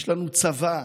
יש לנו צבא,